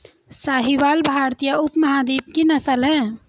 साहीवाल भारतीय उपमहाद्वीप की नस्ल है